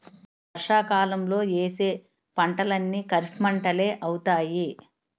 వర్షాకాలంలో యేసే పంటలన్నీ ఖరీఫ్పంటలే అవుతాయి